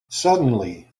suddenly